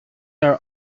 are